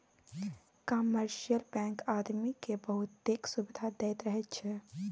commercial bank आदमी केँ बहुतेक सुविधा दैत रहैत छै